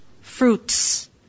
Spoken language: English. fruits